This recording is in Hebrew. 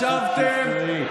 ישבתם, שטרית.